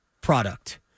product